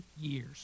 years